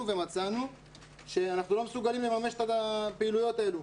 ומצאנו שאנחנו לא מסוגלים לממש את הפעילויות האלה.